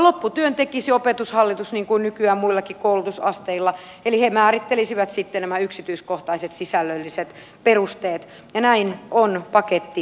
lopputyön tekisi opetushallitus niin kuin nykyään muillakin koulutusasteilla eli he määrittelisivät sitten nämä yksityiskohtaiset sisällölliset perusteet ja näin on paketti valmis